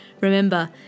remember